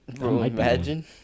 imagine